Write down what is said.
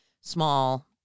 small